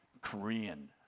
Korean